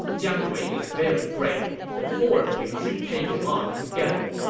jiang wei is very brave. the four of you should take him on together.